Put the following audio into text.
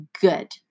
Good